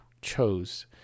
chose